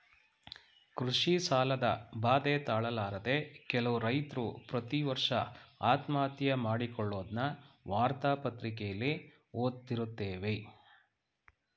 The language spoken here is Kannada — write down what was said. ಕೃಷಿ ಸಾಲದ ಬಾಧೆ ತಾಳಲಾರದೆ ಕೆಲವು ರೈತ್ರು ಪ್ರತಿವರ್ಷ ಆತ್ಮಹತ್ಯೆ ಮಾಡಿಕೊಳ್ಳದ್ನ ವಾರ್ತಾ ಪತ್ರಿಕೆಲಿ ಓದ್ದತಿರುತ್ತೇವೆ